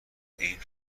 این